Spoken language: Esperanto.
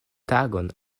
tagon